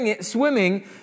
swimming